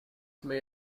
may